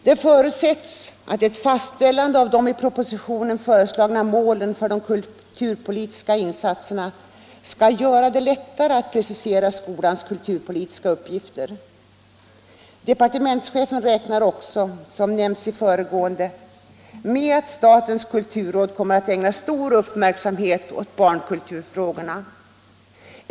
Det förutsätts att ett fastställande av de i propositionen föreslagna målen för de kulturpolitiska insatserna skall göra det lättare att precisera skolans kulturpolitiska uppgifter. Departementschefen räknar också, som nämnts i det föregående, med att statens kulturråd kommer att ägna stor uppmärksamhet åt barnkulturfrågorna.